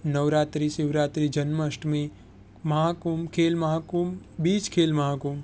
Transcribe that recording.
નવરાત્રિ શિવરાત્રી જન્માષ્ટમી મહાકુંભ ખેલ મહાકુંભ બીજ ખેલ મહાકુંભ